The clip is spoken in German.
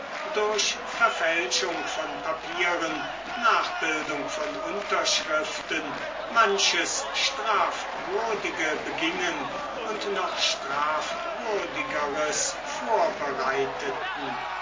durch verfälschung von papieren nachbildung von unterschriften manches strafwürdige begingen und noch strafwürdigeres vorbereiteten